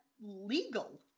legal